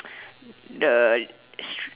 the s~